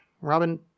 Robin